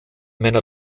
männer